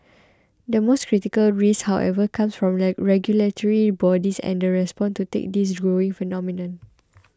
the most critical risk however comes from regulatory bodies and the response to take this growing phenomenon